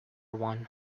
one